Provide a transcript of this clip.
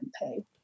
pay